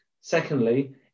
Secondly